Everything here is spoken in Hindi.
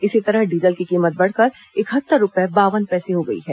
इसी तरह डीजल की कीमत बढ़कर इकहत्तर रूपये बावन पैसे हो गई हैं